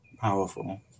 powerful